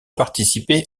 participer